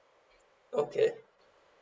okay